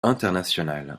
internationales